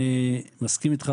אני מסכים איתך,